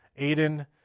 Aiden